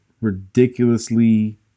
ridiculously